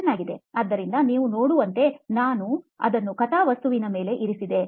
ಚೆನ್ನಾಗಿದೆ ಆದ್ದರಿಂದ ನೀವು ನೋಡುವಂತೆ ನಾನು ಅದನ್ನು ಕಥಾವಸ್ತುವಿನ ಮೇಲೆ ಇರಿಸಿದೆ